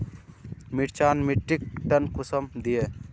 मिर्चान मिट्टीक टन कुंसम दिए?